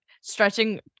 stretching